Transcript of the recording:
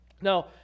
Now